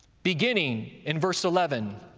beginning in verse eleven.